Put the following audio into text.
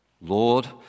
Lord